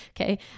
okay